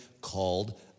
called